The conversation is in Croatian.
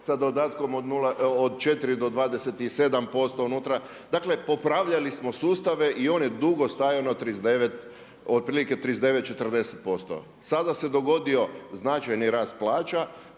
sa dodatkom od 4 do 27% unutra, dakle popravljali smo sustave i on je dugo stajao na otprilike 39, 40%. Sada se dogodio značajni rast plaća.